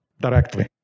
directly